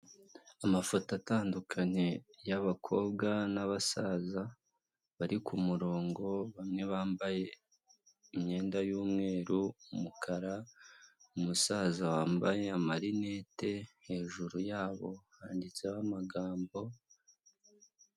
Amafoto atandukanye y'abakobwa n'abasaza bari ku murongo, bamwe bambaye imyenda y'umweru, umukara, umusaza wambaye amarinete, hejuru yabo handitseho amagambo.